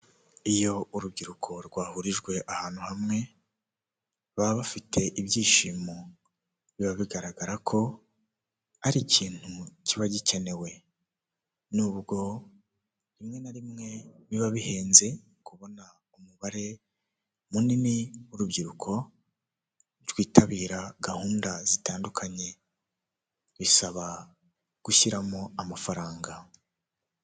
Icyumba cyagenewe gukorerwamo inama, giteguyemo intebe ndetse n'ameza akorerwaho inama, cyahuriwemo n'abantu benshi baturuka mu bihugu bitandukanye biganjemo abanyafurika ndetse n'abazungu, aho bari kuganira ku bintu bitandukanye byabahurije muri iyi nama barimo.